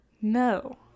No